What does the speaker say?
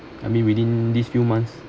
I mean within these few months